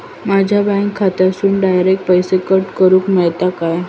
माझ्या बँक खात्यासून डायरेक्ट पैसे कट करूक मेलतले काय?